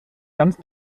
ganz